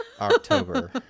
October